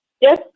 Yes